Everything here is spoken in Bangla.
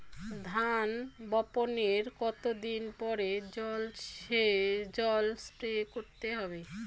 ধান বপনের কতদিন পরে জল স্প্রে করতে হবে?